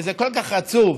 וזה כל כך עצוב